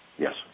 Yes